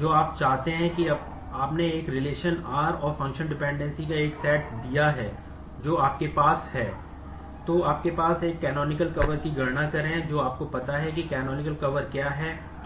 तो आपके पास क्या है जो